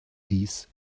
these